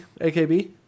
AKB